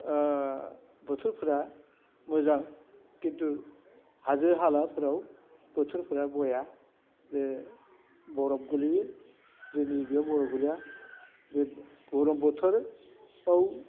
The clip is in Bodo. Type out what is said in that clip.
बोथोरफोरा मोजां खिन्थु हाजो हालाफोराव बोथोरफोरा बया जे बरफ गोलैयो जोंनि बेयाव बरफ गोलैया जे गरम बोथोराव